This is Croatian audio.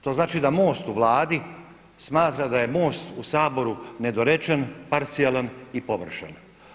To znači da MOST u Vladi smatra da je MOST u Saboru nedorečen, parcijalan i površan.